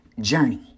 journey